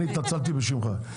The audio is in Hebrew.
אני התנצלתי בשמך.